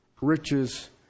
riches